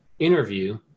interview